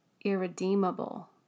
irredeemable